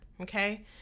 okay